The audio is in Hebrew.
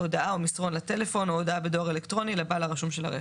הודעה או מסרון לטלפון או הודעה בדואר אלקטרוני לבעל הרשום של הרכב".